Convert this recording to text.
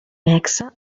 nexe